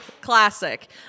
classic